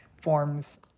forms